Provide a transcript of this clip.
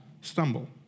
stumble